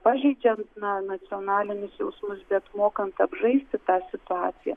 pažeidžia na nacionalinius jausmus bet mokant apžaisti tą situaciją